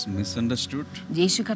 misunderstood